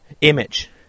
image